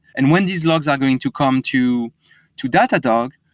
and when these logs are going to come to to datadog,